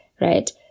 Right